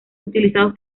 utilizados